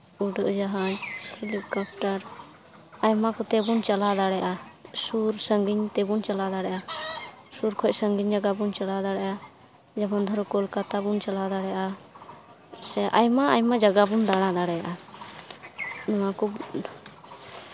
ᱩᱰᱟᱹᱜ ᱡᱟᱦᱟᱡᱽ ᱦᱮᱞᱤᱠᱮᱯᱴᱟᱨ ᱟᱭᱢᱟ ᱠᱚᱛᱮ ᱵᱚᱱ ᱪᱟᱞᱟᱣ ᱫᱟᱲᱮᱭᱟᱜᱼᱟ ᱥᱩᱨ ᱥᱟᱺᱜᱤᱧ ᱛᱮᱵᱚᱱ ᱪᱟᱞᱟᱣ ᱫᱟᱲᱮᱭᱟᱜᱼᱟ ᱥᱩᱨ ᱠᱷᱚᱱ ᱥᱟᱺᱜᱤᱧ ᱡᱟᱭᱜᱟ ᱵᱚᱱ ᱪᱟᱞᱟᱣ ᱫᱟᱲᱮᱭᱟᱜᱼᱟ ᱡᱮᱢᱚᱱ ᱫᱷᱚᱨᱚ ᱠᱳᱞᱠᱟᱛᱟ ᱵᱚᱱ ᱪᱟᱞᱟᱣ ᱫᱟᱲᱮᱭᱟᱜᱼᱟ ᱥᱮ ᱟᱭᱢᱟ ᱟᱭᱢᱟ ᱡᱟᱭᱜᱟ ᱵᱚᱱ ᱫᱟᱬᱟ ᱫᱟᱲᱮᱭᱟᱜᱼᱟ ᱱᱚᱣᱟ ᱠᱚ